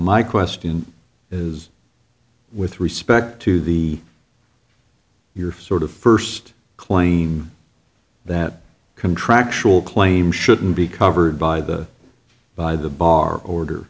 my question is with respect to the you're sort of first claim that contractual claim shouldn't be covered by the by the bar order